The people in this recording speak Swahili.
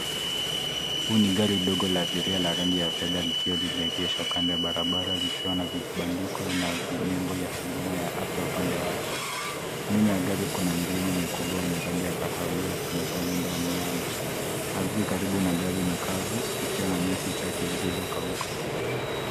Huu ni gari ndogo la abiria la rangi ya fedha likiwa limeegeshwa kando ya barabara. Likiwa na vipandiko na vinembo ya huduma ya afya upande wake. Nyuma ya gari kuna milima mikubwa wenye rangi ya kahawia ukionyesha muundo wa miamba. Ardhi karibu na gari ni kavu ikiwa na nyasi chache zilizokauka.